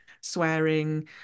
swearing